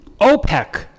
OPEC